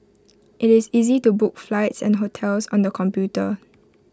IT is easy to book flights and hotels on the computer